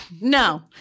No